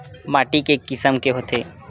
माटी के किसम के होथे?